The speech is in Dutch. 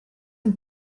een